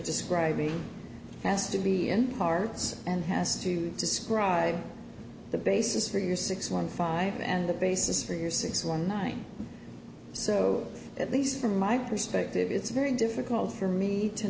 describing has to be in parts and has to describe the basis for your six one five and the basis for your six one night so at least from my perspective it's very